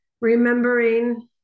Remembering